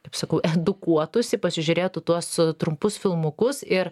kaip sakau edukuotųsi pasižiūrėtų tuos trumpus filmukus ir